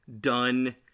done